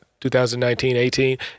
2019-18